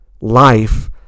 life